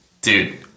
Dude